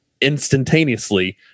instantaneously